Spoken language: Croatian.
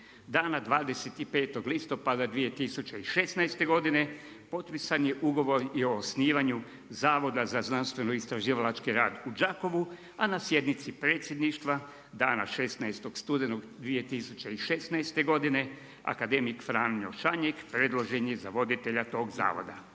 Dana 25. listopada 2016. godine potpisan je ugovor i o osnivanju Zavoda za znanstveno-istraživalački rad u Đakovu, a na sjednici predsjedništva dana 16. studenog 2016. godine akademik Franjo Šanjek predložen je za voditelja tog zavoda.